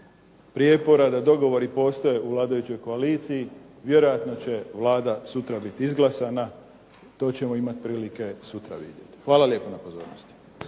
prijepora, da dogovori postoje u vladajućoj koaliciji. Vjerojatno će Vlada sutra biti izglasana. To ćemo imati prilike sutra vidjeti. Hvala lijepa na pozornosti.